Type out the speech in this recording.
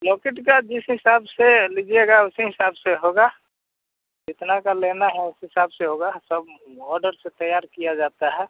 Lockheed का जिस हिसाब से लीजिएगा उसी हिसाब से होगा जितने का लेना है उस हिसाब से होगा सब ऑर्डर से तैयार किया जाता है